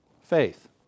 faith